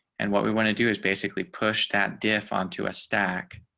and what we want to do is basically push that diff onto a stack.